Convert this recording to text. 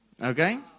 Okay